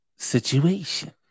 situation